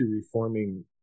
reforming